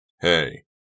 Hey